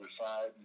side